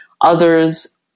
others